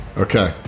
okay